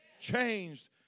changed